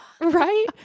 Right